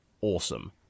awesome